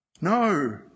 No